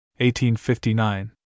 1859